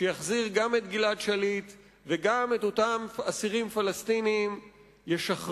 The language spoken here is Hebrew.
שיחזיר גם את גלעד שליט וגם את אותם אסירים פלסטינים ישחרר,